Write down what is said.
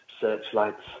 searchlights